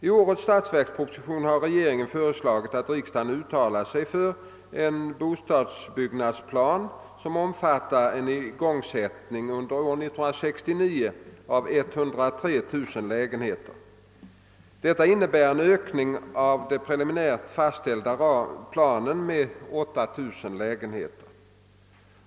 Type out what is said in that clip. I årets statsverksproposition har regeringen föreslagit att riksdagen uttalar sig för en bostadsbyggnadsplan som omfattar en igångsättning under år 1969 av 103000 lägenheter. Detta innebär en ökning av den preliminärt fastställda planen med 8000 lägenheter.